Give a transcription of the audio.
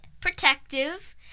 protective